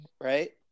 right